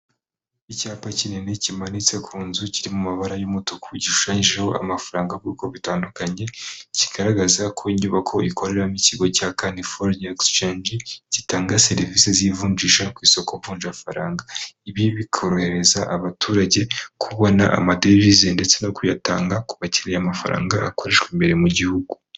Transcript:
Icyapa kinini kimanitse ku nzu kiri mu mabara y'umutuku, gishushanyijeho amafaranga y'ubwoko butandukanye, kigaragaza ko inyubako ikoreramo ikigo cya kani foreyini egisicange, gitanga serivisi z'ivunjisha ku isoko mvunjafaranga. Ibi bikorohereza abaturage kubona amadovize ndetse no kuyatanga kubakiriya mafaranga akoreshwa imbere mu gihugu.